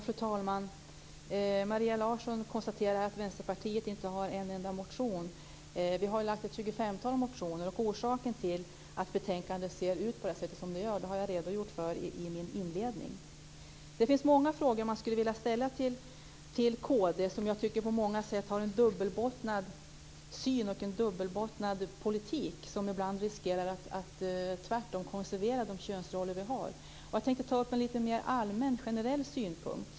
Fru talman! Maria Larsson konstaterar att Vänsterpartiet inte har en enda motion. Vi har lagt fram ett tjugofemtal motioner. Orsaken till att betänkandet ser ut på det sätt som det gör har jag redogjort för i min inledning. Det finns många frågor som man skulle kunna ställa till kd, som jag tycker på många sätt har en dubbelbottnad syn och en dubbelbottnad politik som ibland riskerar att tvärtom konservera könsrollerna. Jag tänker ta upp en lite mer generell synpunkt.